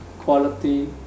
quality